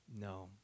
No